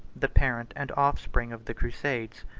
the parent and offspring of the crusades,